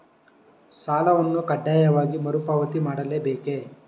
ಸಾಲವನ್ನು ಕಡ್ಡಾಯವಾಗಿ ಮರುಪಾವತಿ ಮಾಡಲೇ ಬೇಕೇ?